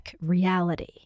reality